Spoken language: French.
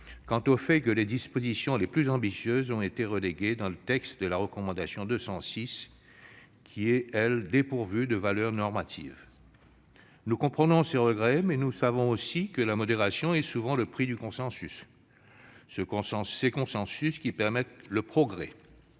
quant au fait que les dispositions les plus ambitieuses ont été reléguées dans le texte de la recommandation n° 206, qui est, elle, dépourvue de toute valeur normative. Nous comprenons ces regrets, mais nous savons aussi que la modération est souvent le prix du consensus, lequel contribue au progrès.